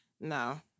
No